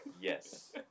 Yes